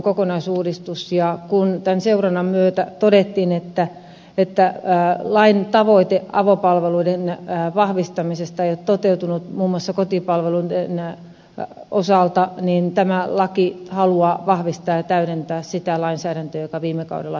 ja kun tämän seurannan myötä todettiin että lain tavoite avopalveluiden vahvistamisesta ei ole toteutunut muun muassa kotipalveluiden osalta niin tämä laki haluaa vahvistaa ja täydentää sitä lainsäädäntöä joka viime kaudella hyväksyttiin